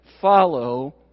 follow